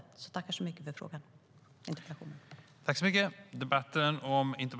Överläggningen var härmed avslutad.